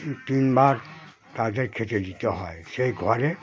তিনবার তাদের খেতে দিতে হয় সেই ঘরে